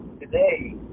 today